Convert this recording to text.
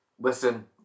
Listen